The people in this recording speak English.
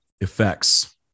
effects